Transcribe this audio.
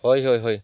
ହଇ ହଇ ହଇ